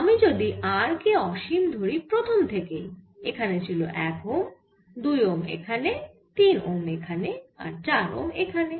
আমি যদি R কে অসীম ধরি প্রথম থেকেই এখানে ছিল 1 ওহম 2 ওহম এখানে 3 ওহম এখানে আর 4 ওহম এখানে